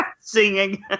Singing